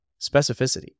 specificity